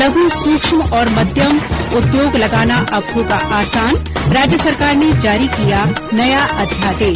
लघू सूक्ष्म और मध्यम उद्योग लगाना अब होगा आसान राज्य सरकार ने जारी किया नया अध्यादेश